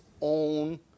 own